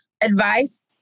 advice